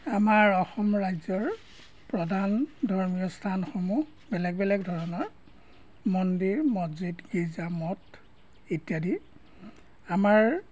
আমাৰ অসম ৰাজ্যৰ প্ৰধান ধৰ্মীয় স্থানসমূহ বেলেগ বেলেগ ধৰণৰ মন্দিৰ মছজিদ গিজা মঠ ইত্যাদি আমাৰ